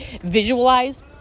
visualize